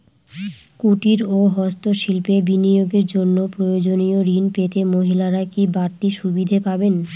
কুটীর ও হস্ত শিল্পে বিনিয়োগের জন্য প্রয়োজনীয় ঋণ পেতে মহিলারা কি বাড়তি সুবিধে পাবেন?